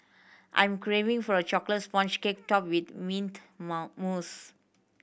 I'm craving for a chocolate sponge cake topped with mint mousse